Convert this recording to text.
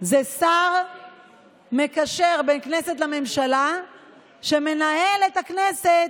זה שר מקשר בין כנסת לממשלה שמנהל את הכנסת,